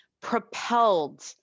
propelled